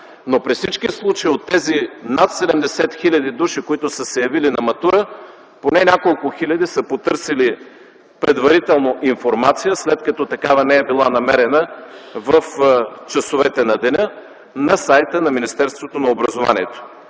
но при всички случаи от тези над 70 хиляди души, които са се явили на матура, поне няколко хиляди са потърсили предварително информация, след като такава не е била намерена в часовете на деня на сайта на Министерството на образованието,